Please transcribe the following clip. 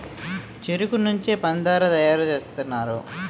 చెరుకు నుంచే పంచదార తయారు సేస్తారు